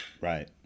Right